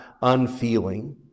unfeeling